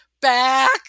back